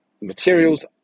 materials